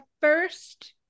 first